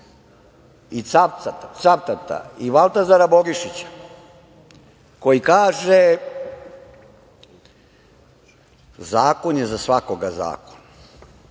i Cavtata i Valtazara Bogišića, koji kaže - zakon je za svakoga zakon,